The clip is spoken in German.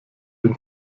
den